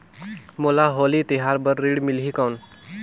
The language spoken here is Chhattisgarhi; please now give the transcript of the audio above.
मोला होली तिहार बार ऋण मिलही कौन?